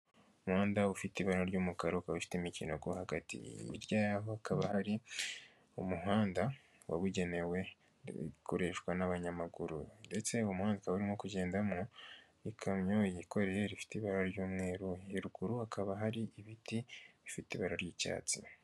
Umuhanda ufite ibara ry'umukara ukaba ufite ikinogo hagati hirya hakaba hari umuhanda wabugenewe zikoreshwa n'abanyamaguru, ndetse muhanda urimo kugendamo n'ikamyo yikoreye rifite ibara ry'umweru haruguru hakaba hari ibiti bifite ibara ry'icyatsi.